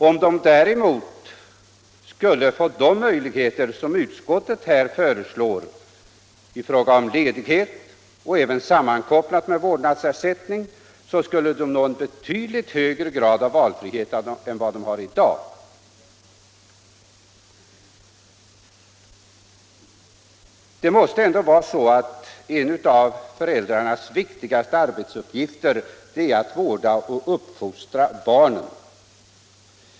Om de däremot skulle få de möjligheter som utskottet här föreslår i fråga om ledighet, sammankopplad med vårdnadsersättning, skulle de nå en betydligt högre grad av valfrihet än vad 49 de har i dag. Det måste ändå vara så att en av föräldrarnas viktigaste arbetsuppgifter är att vårda och uppfostra barnen.